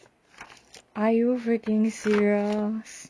are you freaking serious